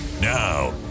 Now